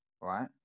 right